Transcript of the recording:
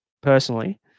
personally